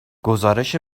گزارش